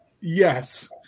yes